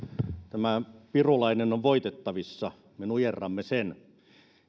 tämä pirulainen on voitettavissa me nujerramme sen